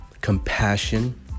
compassion